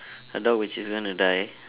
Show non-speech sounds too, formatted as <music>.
a dog which is gonna die <laughs>